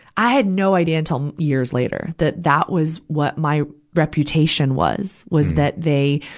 i had no idea until um years later, that that was what my reputation was, was that they,